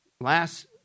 Last